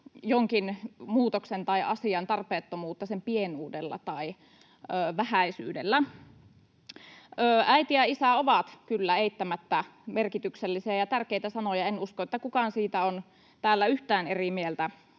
jonkin muutoksen tai asian tarpeettomuutta sen pienuudella tai vähäisyydellä. ”Äiti” ja ”isä” ovat kyllä eittämättä merkityksellisiä ja tärkeitä sanoja. En usko, että kukaan siitä on täällä yhtään eri mieltä.